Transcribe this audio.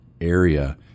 area